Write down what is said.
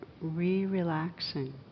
re-relaxing